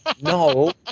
no